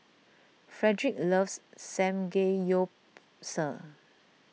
Fredrick loves Samgeyopsal